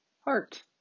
Heart